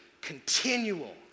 continual